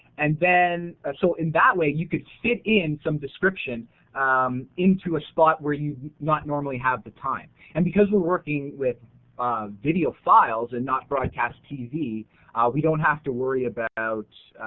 and ah so in that way you can fit in some description in to a spot where you not normally have the time. and because we're working with video files and not broadcast tv we don't have to worry about